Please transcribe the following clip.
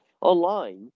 Online